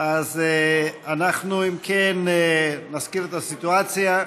אם כן, נזכיר את הסיטואציה.